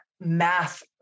math